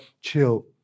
Chill